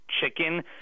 chicken